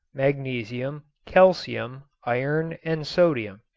magnesium, calcium, iron and sodium.